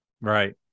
Right